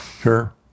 Sure